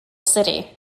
city